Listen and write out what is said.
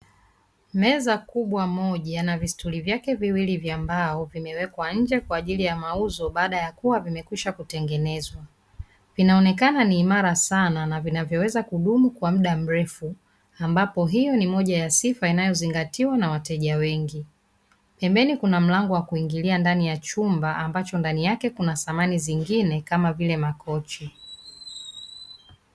Meza kubwa moja na vistuli vyake viwili vya mbao, vimewekwa nje kwa ajili ya mauzo baada ya kuwa vimekwisha kutengenezwa. Vinaonekana ni imara sana na vinavyoweza kudumu kwa muda mrefu, ambapo hiyo ni moja ya sifa inayozingatiwa na wateja wengi. Pembeni kuna mlango wa kuingilia ndani ya chumba, ambacho ndani yake kuna samani zingine kama vile makochi.